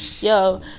Yo